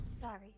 Sorry